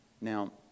Now